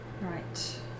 Right